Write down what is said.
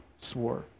swore